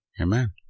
Amen